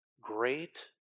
great